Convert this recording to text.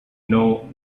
know